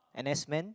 N_S Men